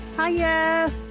Hiya